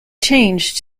changed